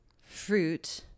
fruit